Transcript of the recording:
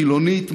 חילונית,